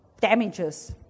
damages